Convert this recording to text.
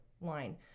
line